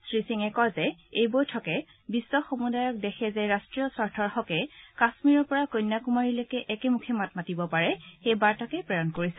শ্ৰী সিঙে কয় যে এই বৈঠকে বিধসমূদায়ক দেশে যে ৰট্টীয় স্বাৰ্থৰ হকে কাশ্মীৰৰ পৰা কন্যাকুমাৰীলৈকে একে মুখে মাত মাতিব পাৰে সেই বাৰ্তাকে প্ৰেৰণ কৰিছে